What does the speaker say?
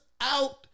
out